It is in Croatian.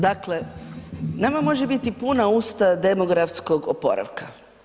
Dakle, nama može biti puna usta demografskog oporavka.